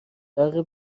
فرق